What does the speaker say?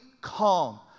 calm